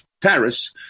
Paris